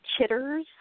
Chitters